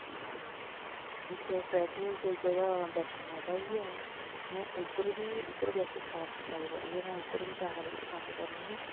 इक ट्रैकिंग जगह बैष्णो माता बी ऐ में उद्धर बी बेसे साफ सफाई बड़ी ऐ में उद्धर बी जाना बडा पसंद करनी आं